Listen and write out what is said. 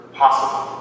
possible